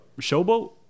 Showboat